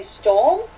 storm